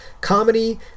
comedy